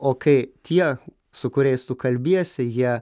o kai tie su kuriais tu kalbiesi jie